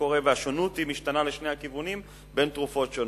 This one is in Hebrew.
והשונות משתנה לשני הכיוונים בתרופות שונות.